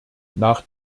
nach